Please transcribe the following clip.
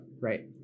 right